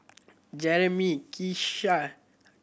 Jeremy Keshia